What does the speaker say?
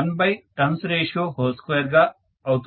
1turnsratio2గా అవుతుంది